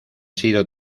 sido